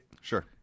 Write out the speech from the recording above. Sure